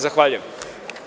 Zahvaljujem.